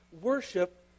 worship